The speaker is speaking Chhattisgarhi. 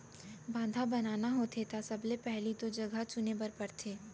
बांधा बनाना होथे त सबले पहिली तो जघा चुने बर परथे